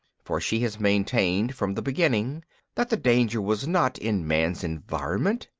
for she has maintained from the beginning that the danger was not in man's environment,